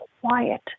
quiet